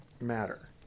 matter